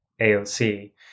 AOC